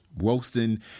Roasting